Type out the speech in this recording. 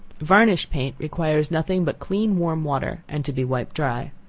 varnished paint requires nothing but clean warm water and to be wiped dry.